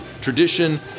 tradition